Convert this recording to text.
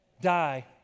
die